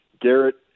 Garrett